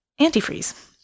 Antifreeze